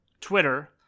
Twitter